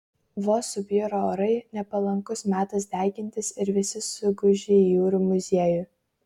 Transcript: vos subjuro orai nepalankus metas degintis ir visi suguži į jūrų muziejų